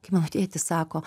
kaip mano tėtis sako